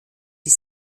die